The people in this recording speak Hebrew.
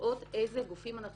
ולראות איזה גופים אנחנו